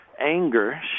anger